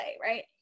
right